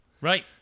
Right